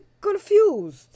confused